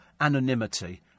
anonymity